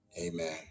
Amen